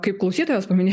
kaip klausytojas paminėjo